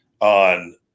on